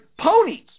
ponies